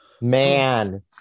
Man